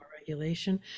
regulation